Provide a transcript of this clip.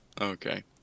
Okay